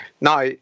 now